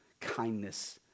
kindness